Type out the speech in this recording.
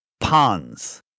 ponds